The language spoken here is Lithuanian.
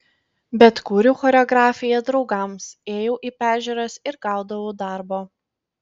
bet kūriau choreografiją draugams ėjau į peržiūras ir gaudavau darbo